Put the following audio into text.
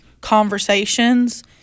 conversations